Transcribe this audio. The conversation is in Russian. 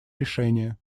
решения